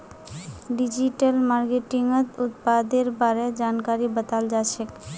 digital मार्केटिंगत उत्पादेर बारे जानकारी बताल जाछेक